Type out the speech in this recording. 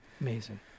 Amazing